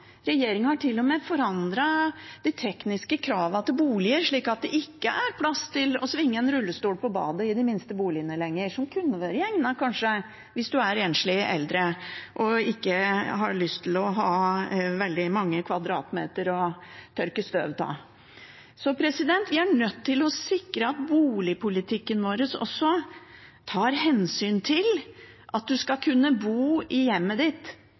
har vi sluttet å snakke om nå. Regjeringen har til og med forandret de tekniske kravene til boliger, slik at det ikke er plass til å svinge en rullestol på badet i de minste boligene lenger, boliger som kanskje kunne egnet seg hvis man er enslig eldre og ikke har lyst til å ha veldig mange kvadratmeter å tørke støv av. Vi er nødt til å sikre at boligpolitikken vår tar hensyn til at man skal kunne bo i hjemmet